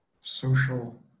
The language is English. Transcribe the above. social